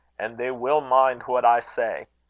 and they will mind what i say.